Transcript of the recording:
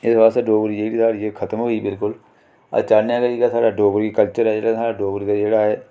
इस वास्तै डोगरी जेह्ड़ी साढ़ी खतम होई गेई बिल्कुल अस चाहन्ने आं कि जेह्ड़ा साढ़ा डोगरी कल्चर ऐ जेह्ड़ा साढ़ा डोगरी दा जेह्ड़ा ऐ